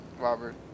Robert